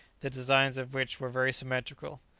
the designs of which were very symmetrical.